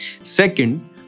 Second